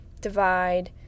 divide